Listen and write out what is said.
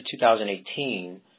2018